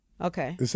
Okay